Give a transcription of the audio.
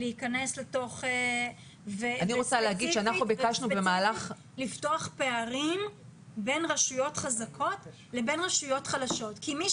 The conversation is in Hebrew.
זה אומר לפתוח פערים בין רשויות חזקות לרשויות חלשות כי מי